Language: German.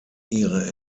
ihre